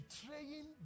betraying